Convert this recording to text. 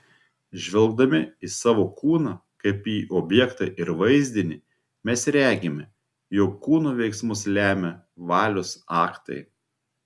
žvelgdami į savo kūną kaip į objektą ir vaizdinį mes regime jog kūno veiksmus lemia valios aktai